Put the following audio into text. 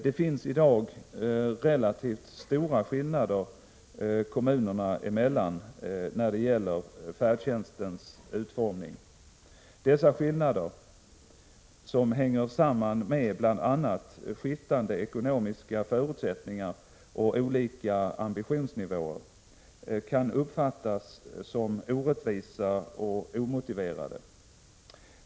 Det finns i dag relativt stora skillnader kommunerna emellan när det gäller färdtjänstens utformning. Dessa skillnader — som hänger samman med bl.a. skiftande ekonomiska förutsättningar och olika ambitionsnivåer — kan uppfattas som orättvisa och omotiverade.